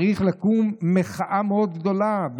צריכה לקום מחאה מאוד גדולה.